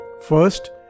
First